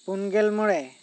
ᱯᱩᱱ ᱜᱮᱞ ᱢᱚᱬᱮ